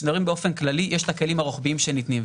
כשמדברים באופן כללי יש את הכלים הרוחביים שניתנים.